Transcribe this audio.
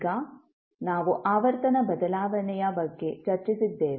ಈಗ ನಾವು ಆವರ್ತನ ಬದಲಾವಣೆಯ ಬಗ್ಗೆ ಚರ್ಚಿಸಿದ್ದೇವೆ